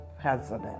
president